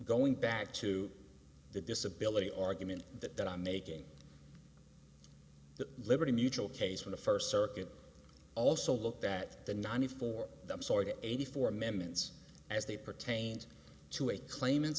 going back to the disability argument that i'm making the liberty mutual case from the first circuit also looked at the ninety four eighty four minutes as they pertained to a claimants